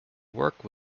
work